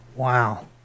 Wow